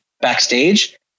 backstage